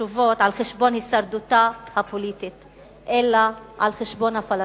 חשובות על-חשבון הישרדותה הפוליטית אלא על-חשבון הפלסטינים.